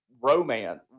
romance